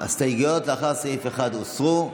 ההסתייגויות לאחר סעיף 1 הוסרו.